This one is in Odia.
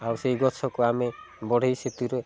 ଆଉ ସେଇ ଗଛକୁ ଆମେ ବଢ଼ାଇ ସେଥିରୁ